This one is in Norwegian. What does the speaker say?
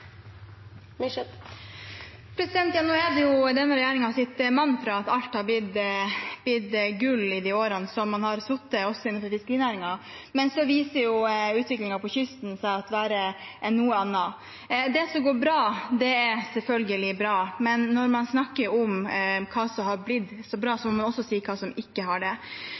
blitt til gull i de årene de har sittet, også innenfor fiskerinæringen. Men utviklingen på kysten viser seg å være noe annet. Det som går bra, er selvfølgelig bra, men når man snakker om hva som er blitt bra, må man også si hva som ikke har det.